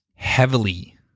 Heavily